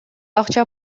акча